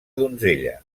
donzella